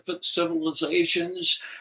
civilizations